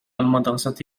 المدرسة